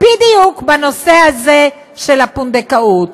בדיוק בנושא הזה, של הפונדקאות.